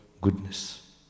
goodness